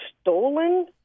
stolen